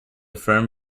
firm